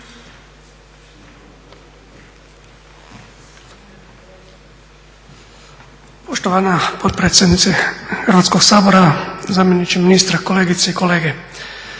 Poštovana potpredsjednice Hrvatskog sabora, zamjeniče ministra, kolegice i kolege.